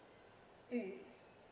mm